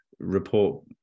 report